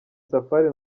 safari